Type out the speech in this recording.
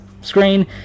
screen